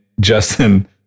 Justin